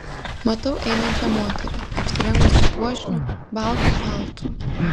matau einančią moterį apsirengusią puošniu baltu paltu